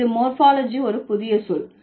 இது மோர்பாலஜி ஒரு புதிய சொல்